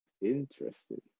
Interesting